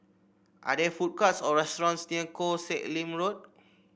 are there food courts or restaurants near Koh Sek Lim Road